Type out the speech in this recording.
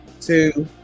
two